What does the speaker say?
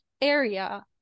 area